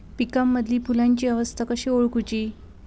पिकांमदिल फुलांची अवस्था कशी ओळखुची?